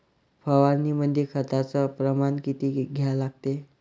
फवारनीमंदी खताचं प्रमान किती घ्या लागते?